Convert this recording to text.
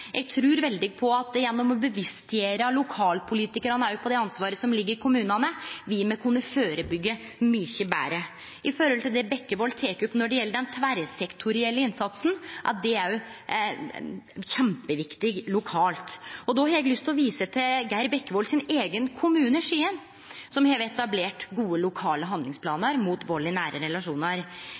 Eg trur veldig på at ved å bevisstgjere lokalpolitikarane på det ansvaret som ligg i kommunane, vil me kunne førebyggje mykje betre. Når det gjeld det som Bekkevold tek opp om den tverrsektorielle innsatsen, så er dette òg kjempeviktig lokalt. Eg har lyst til å vise til Bekkevolds eigen kommune, Skien, som har etablert gode lokale handlingsplanar mot vald i nære relasjonar.